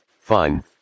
Fine